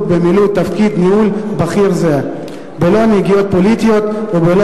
במילוי תפקיד ניהולי בכיר זה בלא נגיעות פוליטיות ובלא